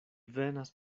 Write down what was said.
venas